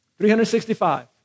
365